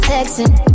Texting